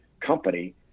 company